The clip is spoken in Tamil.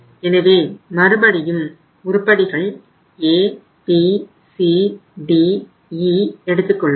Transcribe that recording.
எனவே மறுபடியும் உருப்படிகள் A B C D E எடுத்துக் கொள்வோம்